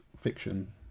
fiction